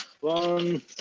One